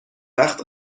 وقت